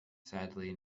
sadly